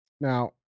Now